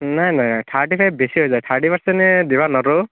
নাই নাই thirty five বেছি হৈ যায় থাৰ্টি পাৰ্চেণ্টে দিব নোৱাৰোঁ